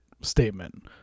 statement